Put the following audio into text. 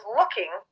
looking